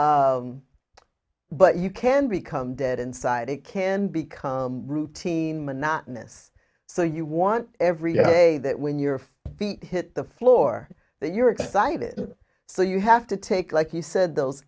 but you can become dead inside it can become routine monotonous so you want every day that when your feet hit the floor that you're excited so you have to take like you said those